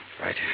Right